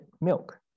milk